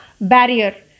barrier